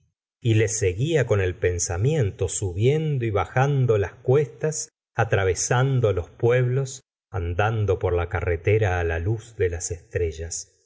y les seguía con el pensamiento subiendo y bajando las cuestas atravesando los pueblos andando por la carretera la luz de las estrellas